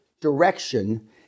direction